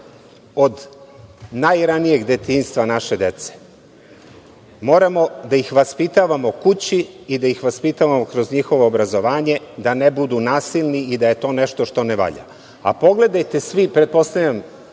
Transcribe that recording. od najranijeg detinjstva naše dece. Moramo da ih vaspitavamo kući i da ih vaspitavamo kroz njihovo obrazovanje, da ne budu nasilni i da je to nešto što ne valja. Pretpostavljam